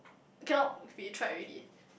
cannot fit try already